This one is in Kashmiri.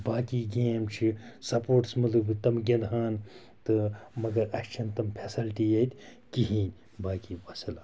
باقٕے گیم چھِ سَپوٹٕس مطلب تم گِنٛدہان تہٕ مگر اَسہِ چھِنہٕ تم فٮ۪سَلٹی ییٚتہِ کِہیٖنۍ باقٕے وَسَلام